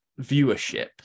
viewership